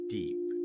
deep